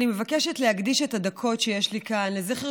אני מבקשת להקדיש את הדקות שיש לי כאן לזכר